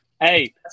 Hey